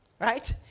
right